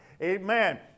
Amen